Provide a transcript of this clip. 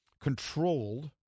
controlled